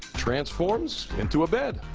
transforms into a bed.